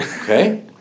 Okay